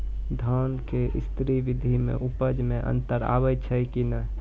धान के स्री विधि मे उपज मे अन्तर आबै छै कि नैय?